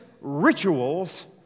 rituals